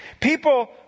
People